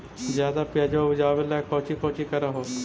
ज्यादा प्यजबा उपजाबे ले कौची कौची कर हो?